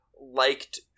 liked